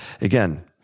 again